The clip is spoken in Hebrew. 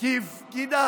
כי הפקידה